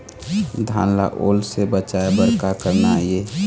धान ला ओल से बचाए बर का करना ये?